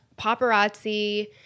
paparazzi